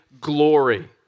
glory